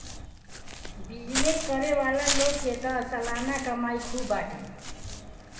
business करे वाला लोग के तअ सलाना कमाई खूब बाटे